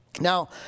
Now